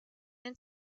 den